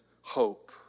hope